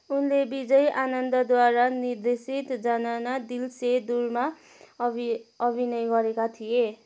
उनले विजय आनन्दद्वारा निर्देशित जाना ना दिल से दूरमा अभि अभिनय गरेका थिए